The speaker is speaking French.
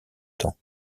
temps